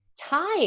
Time